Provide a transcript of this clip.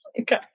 okay